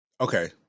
Okay